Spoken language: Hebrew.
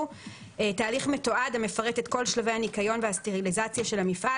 תהליך מתועד המפרט את כל שלבי הניקיון והסטריליזציה של המפעל,